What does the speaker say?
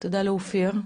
תודה לאופיר,